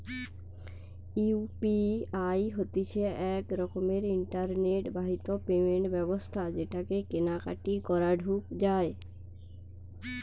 UPI হতিছে এক রকমের ইন্টারনেট বাহিত পেমেন্ট ব্যবস্থা যেটাকে কেনা কাটি করাঢু যায়